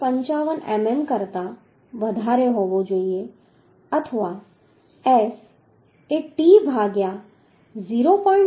55 મીમી કરતા વધારે હોવો જોઈએ અથવા S એ t ભાગ્યા 0